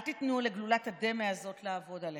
אל תיתנו לגלולת הדמה הזאת לעבוד עליכם.